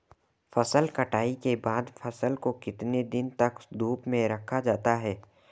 फसल कटाई के बाद फ़सल को कितने दिन तक धूप में रखा जाता है?